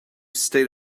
state